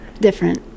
different